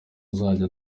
azajya